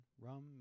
rum